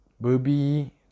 booby